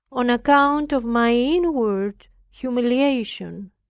on account of my inward humiliation.